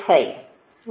025 அதாவது